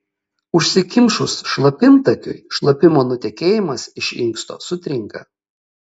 užsikimšus šlapimtakiui šlapimo nutekėjimas iš inksto sutrinka